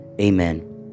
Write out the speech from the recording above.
Amen